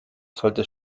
sollte